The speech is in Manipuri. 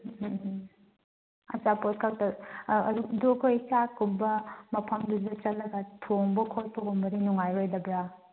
ꯑꯆꯥꯄꯣꯠ ꯈꯛꯇ ꯑꯗꯨ ꯑꯩꯈꯣꯏ ꯆꯥꯛꯀꯨꯝꯕ ꯃꯐꯝꯗꯨꯗ ꯆꯠꯂꯒ ꯊꯣꯡꯕ ꯈꯣꯠꯄꯒꯨꯝꯕꯗꯤ ꯅꯨꯡꯉꯥꯏꯔꯣꯏꯗꯕ꯭ꯔ